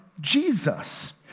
Jesus